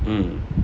mm